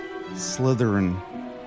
Slytherin